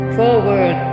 forward